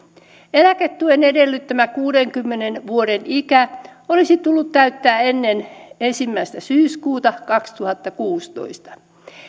eläketuen edellyttämä kuudenkymmenen vuoden ikä olisi tullut täyttää ennen ensimmäinen syyskuuta kaksituhattakuusitoista